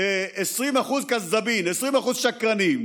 20% כזבין, 20% שקרנים.